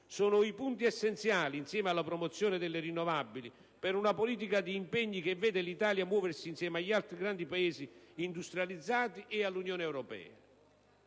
sono i punti essenziali, insieme alla promozione delle fonti rinnovabili, per una politica di impegni che vede l'Italia muoversi insieme agli altri grandi Paesi industrializzati e all'Unione europea.